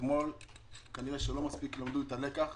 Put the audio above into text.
אתמול כנראה לא מספיק למדו את הלקח